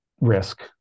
risk